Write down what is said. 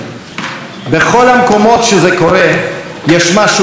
בכל המקומות שזה קורה יש משהו אחד משותף: